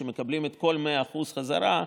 שמקבלות את כל ה-100% בחזרה,